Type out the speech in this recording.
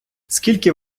скільки